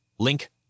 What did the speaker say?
Link